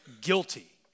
guilty